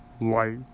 light